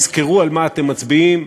תזכרו על מה אתם מצביעים,